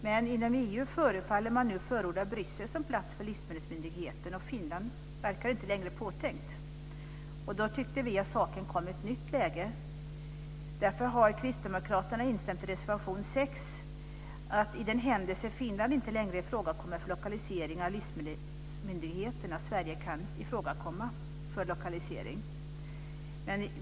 Men inom EU förefaller man nu förorda Bryssel som plats för livsmedelsmyndigheten. Finland verkar inte längre vara påtänkt. Då tycker vi att saken kommer i ett nytt läge. Därför har Kristdemokraterna instämt i reservation 6 om att i den händelse Finland inte längre kommer i fråga för lokalisering av livsmedelsmyndigheten bör Sverige kunna komma i fråga för en lokalisering.